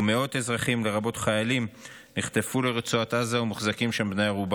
ומאות אזרחים לרבות חיילים נחטפו לרצועת עזה ומוחזקים שם בני ערובה.